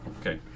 Okay